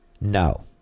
No